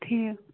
ٹھیٖک